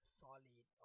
solid